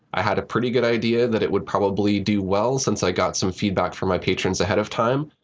i had a pretty good idea that it would probably do well since i got some feedback from my patrons ahead of time.